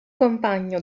compagno